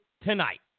tonight